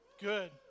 Good